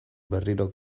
berriro